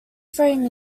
frame